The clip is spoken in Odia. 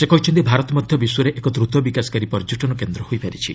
ସେ କହିଛନ୍ତି ଭାରତ ମଧ୍ୟ ବିଶ୍ୱରେ ଏକ ଦ୍ରତ ବିକାଶକାରୀ ପର୍ଯ୍ୟଟନ କେନ୍ଦ୍ର ହୋଇପାରିଛି